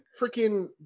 freaking